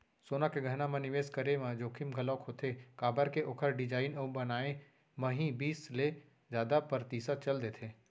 सोना के गहना म निवेस करे म जोखिम घलोक होथे काबर के ओखर डिजाइन अउ बनाए म ही बीस ले जादा परतिसत चल देथे